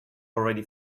already